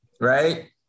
right